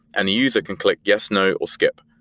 and a user can click yes, no, or skip.